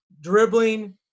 dribbling